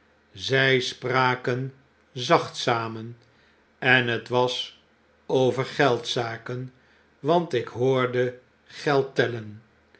zij spraken zacht samen en het was over geldzaken want ik hoorde geld tellen